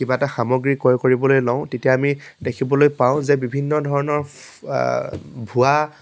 কিবা এটা সামগ্ৰী ক্ৰয় কৰিবলৈ লওঁ তেতিয়া আমি দেখিবলৈ পাওঁ যে বিভিন্ন ধৰণৰ ভূৱা